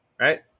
right